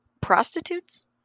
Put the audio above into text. prostitutes